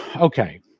Okay